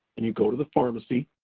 and you go to the pharmacy,